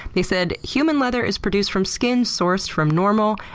they said, human leather is produced from skin sourced from normal,